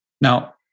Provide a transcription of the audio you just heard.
Now